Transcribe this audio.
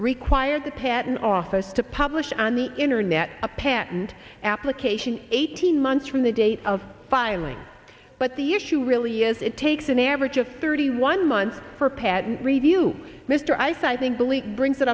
required the patent office to publish on the internet a patent application eighteen months from the date of filing but the issue really is it takes an average of thirty one months for a patent review mr i think the league brings it